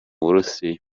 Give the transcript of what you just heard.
burusiya